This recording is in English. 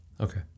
Okay